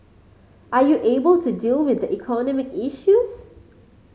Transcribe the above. are you able to deal with the economic issues